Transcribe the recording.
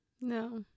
No